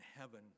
heaven